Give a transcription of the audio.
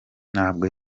ntabwo